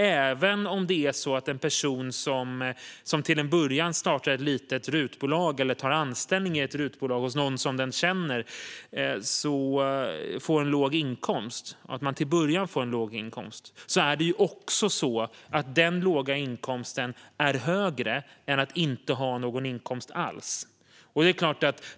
Även om en person som startar ett litet RUT-bolag eller tar anställning i ett RUT-bolag hos någon den känner till en början får en låg inkomst är den låga inkomsten ändå högre än ingen inkomst alls.